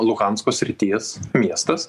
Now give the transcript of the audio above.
luhansko srities miestas